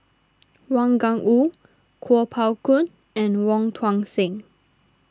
Wang Gungwu Kuo Pao Kun and Wong Tuang Seng